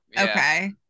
okay